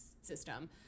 system